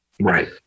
Right